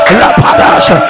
lapadash